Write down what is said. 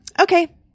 Okay